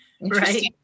right